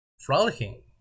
frolicking